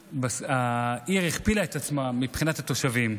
כשהעיר הכפילה את עצמה מבחינת התושבים.